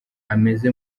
ameze